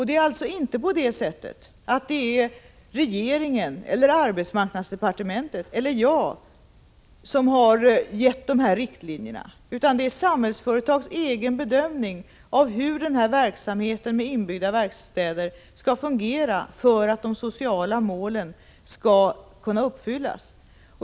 Det är alltså inte regeringen eller arbetsmarknadsdepartementet eller jag som har bestämt dessa riktlinjer, utan det är Samhällsföretags egen bedömning av hur verksamheten med inbyggda verkstäder skall fungera för att de sociala målen skall kunna uppfyllas.